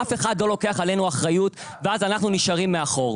אף אחד לא לוקח עלינו אחריות ואז אנחנו נשארים מאחור.